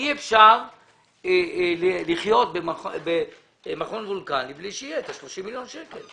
אי אפשר לחיות במכון וולקני בלי שיהיו להם 30 מיליון שקלים.